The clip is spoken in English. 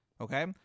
Okay